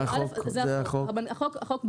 ראשית, זה החוק, אבל החוק גם --- זה החוק?